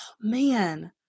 man